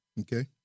Okay